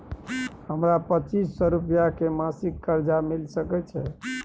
हमरा पच्चीस सौ रुपिया के मासिक कर्जा मिल सकै छै?